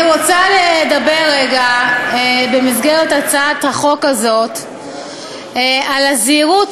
אני רוצה לדבר רגע במסגרת הצעת החוק הזאת על הזהירות